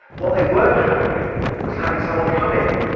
what they weren't happy with was having someone come in,